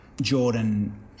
Jordan